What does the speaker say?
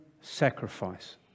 sacrifice